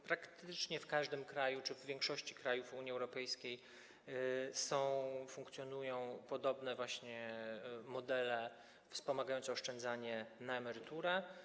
Praktycznie w każdym kraju czy w większości krajów Unii Europejskiej są, funkcjonują podobne modele wspomagające oszczędzanie na emeryturę.